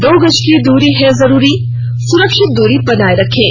दो गज की दूरी है जरूरी सुरक्षित दूरी बनाए रखें